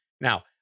Now